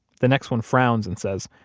the next one frowns and says,